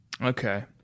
Okay